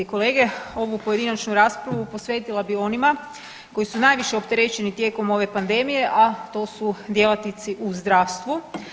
Ovu pojedinačnu raspravu posvetila bih onima koji su najviše opterećeni tijekom ove pandemije, a to su djelatnici u zdravstvu.